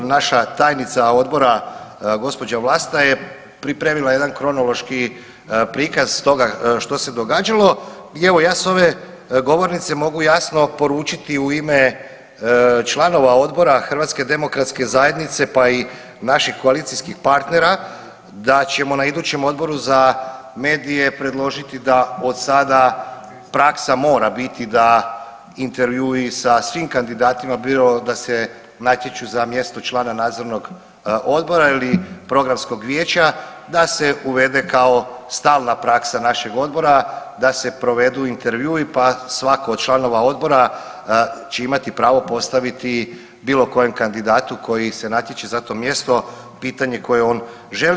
Naša tajnica odbora gospođa Vlasta je pripremila jedan kronološki prikaz toga što se događalo i evo ja s ove govornice mogu jasno poručiti u ime članova odbora HDZ-a pa i naših koalicijskih partnera da ćemo na idućem Odboru za medije predložiti da od sada praksa mora biti da intervjui sa svim kandidatima bilo da se natječu za mjesto člana nadzornog odbora ili programskog vijeća da se uvede kao stalna praksa našeg odbora da se provedu intervjui pa svako od članova odbora će imati pravo postaviti bilo kojem kandidatu koji se natječe za to mjesto pitanje koje on želi.